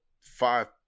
five